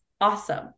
awesome